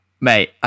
Mate